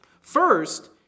First